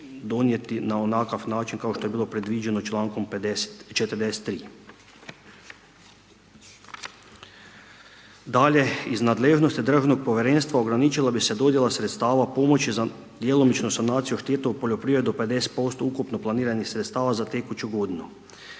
donijeti na onakav način kao što je bilo predviđeno člankom 43. Dalje, iz nadležnosti državnog povjerenstva ograničila bi se dodjela sredstava pomoći za djelomičnu sanaciju od šteta u poljoprivredi do 50% ukupno planiranih sredstava za tekuću godinu.